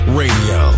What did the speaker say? radio